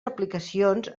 aplicacions